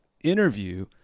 interview